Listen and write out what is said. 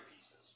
pieces